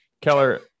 Keller